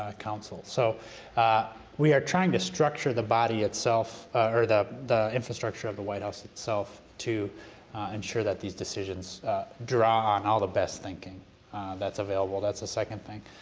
ah council. so we are trying to structure the body itself, or the the infrastructure of the white house itself to ensure that these decisions draw on all the best thinking that's available. that's the second thing.